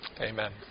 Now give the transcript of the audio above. Amen